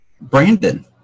Brandon